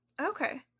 Okay